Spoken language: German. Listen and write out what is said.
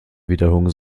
wiederholung